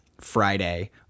Friday